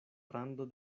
rando